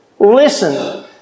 Listen